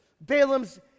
Balaam's